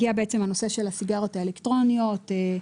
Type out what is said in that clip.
הגיע הנושא של הסיגריות האלקטרוניות.